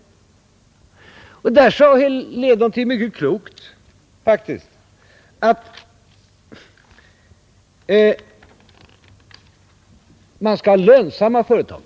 I det sammanhanget sade herr Helén något mycket klokt, faktiskt, nämligen att man skall ha lönsamma företag.